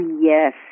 yes